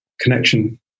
connection